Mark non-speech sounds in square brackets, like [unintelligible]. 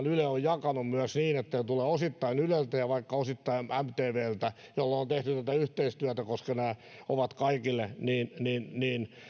[unintelligible] yle on jakanut myös niin että ne tulevat osittain yleltä ja vaikka osittain mtvltä on tehty tätä yhteistyötä koska nämä ovat kaikille niin niin